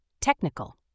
Technical